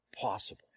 possible